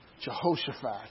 Jehoshaphat